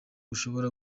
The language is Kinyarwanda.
ushobora